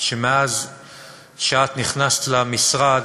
שמאז שאת נכנסת למשרד,